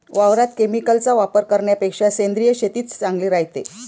वावरात केमिकलचा वापर करन्यापेक्षा सेंद्रिय शेतीच चांगली रायते